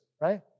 right